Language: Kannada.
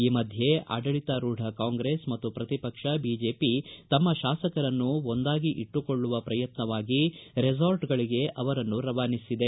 ಈ ಮಧ್ಯೆ ಆಡಳಿತಾರೂಢ ಕಾಂಗ್ರೆಸ್ ಮತ್ತು ಪ್ರತಿಪಕ್ಷ ಬಿಜೆಪಿ ತಮ್ಮ ಶಾಸಕರನ್ನು ಒಂದಾಗಿ ಇಟ್ಟುಕೊಳ್ಳುವ ಪ್ರಯತ್ನವಾಗಿ ರೆಸಾರ್ಟ್ಗಳಿಗೆ ಅವರನ್ನು ರವಾನಿಸಿದೆ